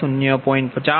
50 0